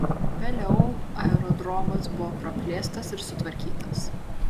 vėliau aerodromas buvo praplėstas ir sutvarkytas